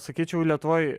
sakyčiau lietuvoj